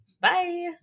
Bye